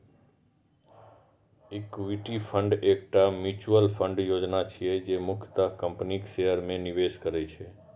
equity fund एकटा mutual fund योजना छियै, जे मुख्यतः कंपनीक शेयर मे निवेश करै छै